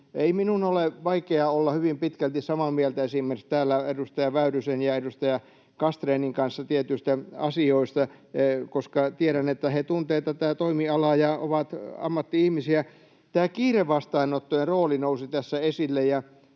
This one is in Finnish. Ei minun ole vaikea olla hyvin pitkälti samaa mieltä esimerkiksi täällä edustaja Väyrysen ja edustaja Castrénin kanssa tietyistä asioista, koska tiedän, että he tuntevat tätä toimialaa ja ovat ammatti-ihmisiä. Tämä kiirevastaanottojen rooli nousi tässä esille,